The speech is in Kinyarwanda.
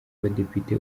abadepite